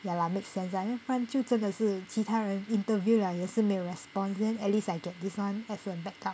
ya lah make sense lah 要不然就真的是其他人 interview 了也是没有 response then at least I get this one as a backup